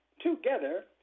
together